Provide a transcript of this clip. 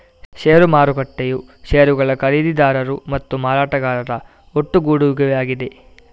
ಷೇರು ಮಾರುಕಟ್ಟೆಯು ಷೇರುಗಳ ಖರೀದಿದಾರರು ಮತ್ತು ಮಾರಾಟಗಾರರ ಒಟ್ಟುಗೂಡುವಿಕೆಯಾಗಿದೆ